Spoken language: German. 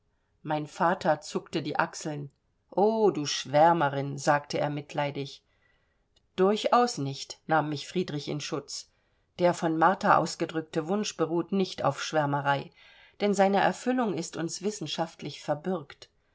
mein vater zuckte die achseln o du schwärmerin sagte er mitleidig durchaus nicht nahm mich friedrich in schutz der von martha ausgedrückte wunsch beruht nicht auf schwärmerei denn seine erfüllung ist uns wissenschaftlich verbürgt